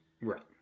right